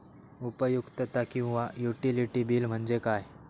उपयुक्तता किंवा utility bill म्हणजे काय?